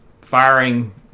firing